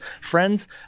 friends